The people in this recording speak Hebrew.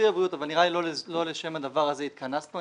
הבריאות אבל נראה לי שלא לשם כך נתכנסנו.